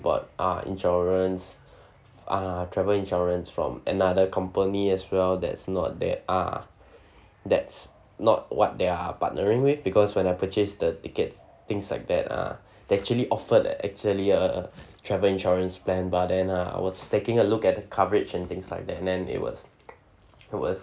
bought ah insurance ah travel insurance from another company as well that's not that ah that's not what they are partnering with because when I purchased the tickets things like that ah they actually offered actually uh travel insurance plan but then ah I was taking a look at the coverage and things like that and then it was it was